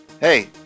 Hey